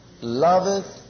loveth